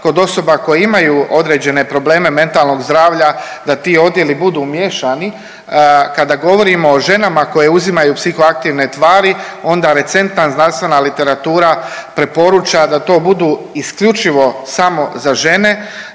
kod osoba koje imaju određene probleme mentalnog zdravlja da ti odjeli budu miješani, kada govorimo o ženama koje uzimaju psihoaktivne tvari onda recentna zdravstvena literatura preporuča da to budu isključivo samo za žene